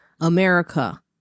America